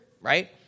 right